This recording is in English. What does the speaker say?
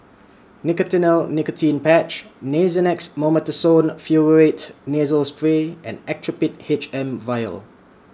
Nicotinell Nicotine Patch Nasonex Mometasone Furoate Nasal Spray and Actrapid H M Vial